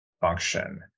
function